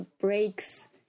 breaks